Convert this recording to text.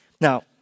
Now